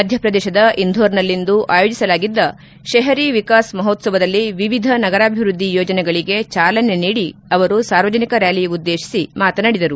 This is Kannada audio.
ಮಧ್ನ ಪ್ರದೇಶದ ಇಂಧೋರ್ನಲ್ಲಿಂದು ಆಯೋಜಿಸಲಾಗಿದ್ದ ಶೆಹರಿ ವಿಕಾಸ್ ಮಹೋತ್ವವದಲ್ಲಿ ವಿವಿಧ ನಗರಾಭಿವ್ಟದ್ದಿ ಯೋಜನೆಗಳಿಗೆ ಚಾಲನೆ ನೀಡಿ ಅವರು ಸಾರ್ವಜನಿಕ ರ್ನಾಲಿ ಉದ್ದೇಶಿಸಿ ಮಾತನಾಡಿದರು